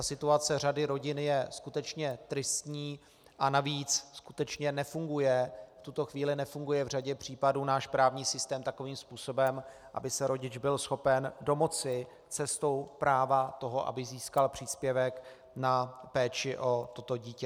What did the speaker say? Situace řady rodin je skutečně tristní a navíc skutečně nefunguje v tuto chvíli v řadě případů náš právní systém takovým způsobem, aby se rodič byl schopen domoci cestou práva toho, aby získal příspěvek na péči o dítě.